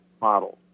model